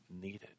needed